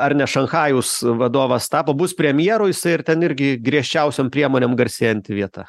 ar ne šanchajaus vadovas tapo bus premjeru jisai ir ten irgi griežčiausiom priemonėm garsėjanti vieta